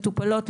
מטופלות,